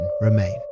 remain